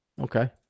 Okay